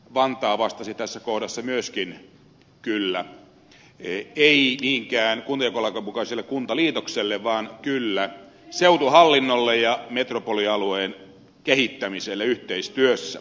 vantaa vastasi tässä kohdassa myöskin kyllä ei niinkään kuntajakolain mukaiselle kuntaliitokselle vaan kyllä seutuhallinnolle ja metropolialueen kehittämiselle yhteistyössä